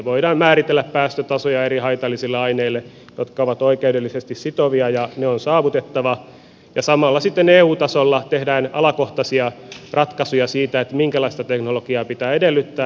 voidaan määritellä eri haitallisille aineille päästötasoja jotka ovat oikeudellisesti sitovia ja ne on saavutettava ja samalla sitten eu tasolla tehdään alakohtaisia ratkaisuja siitä minkälaista teknologiaa pitää edellyttää